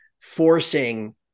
forcing